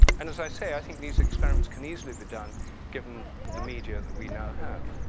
and as i say, i think these experiments can easily be done given the media that we now have.